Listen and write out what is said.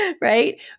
right